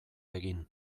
egin